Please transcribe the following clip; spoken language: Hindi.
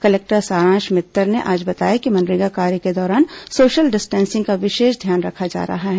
कलेक्टर सारांश मित्तर ने बताया कि मनरेगा कार्य के दौरान सोशल डिस्टेंसिंग का विशेष ध्यान रखा जा रहा है